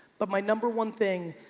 but my number one thing,